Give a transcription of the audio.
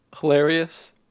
hilarious